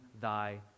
thy